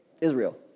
Israel